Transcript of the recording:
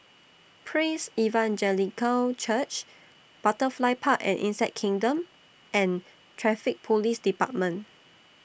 Praise Evangelical Church Butterfly Park and Insect Kingdom and Traffic Police department